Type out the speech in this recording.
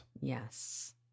Yes